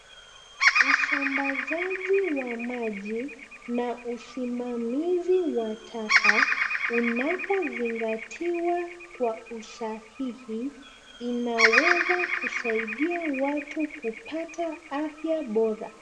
Usamabazaji wa maji na usimamizi wa taka unapozingatiwa kwa usahihi inaweza kusaidia watu kupata afya bora.